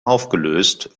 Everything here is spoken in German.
aufgelöst